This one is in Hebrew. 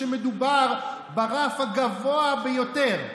שמדובר ברף הגבוה ביותר,